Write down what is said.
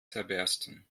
zerbersten